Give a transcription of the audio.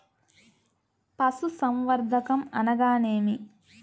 పశుసంవర్ధకం అనగానేమి?